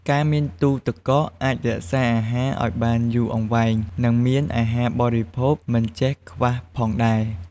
ការមានទូទឹកកកអាចរក្សាអាហារឲ្យបានយូរអង្វែង និងមានអាហារបរិភោគមិនចេះខ្វះផងដែរ។